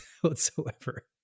whatsoever